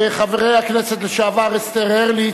חברי הכנסת לשעבר אסתר הרליץ,